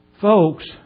Folks